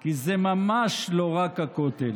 כי זה ממש לא רק הכותל.